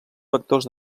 vectors